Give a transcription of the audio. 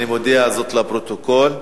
אני מודיע זאת לפרוטוקול,